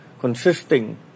consisting